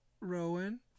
Rowan